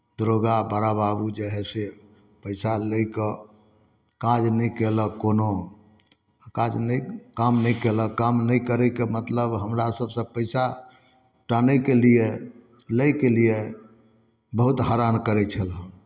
दरोगा बड़ा बाबू जे हइ से पैसा लए कऽ काज नहि कयलक कोनो काज नहि काम नहि कयलक काम नहि करयके मतलब हमरा सभसँ पैसा टानयके लिए लै के लिए बहुत हरान करै छलय